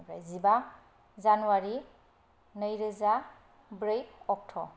ओमफ्राय जिबा जानुवारी नैरोजा ब्रै अक्ट'